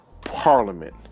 Parliament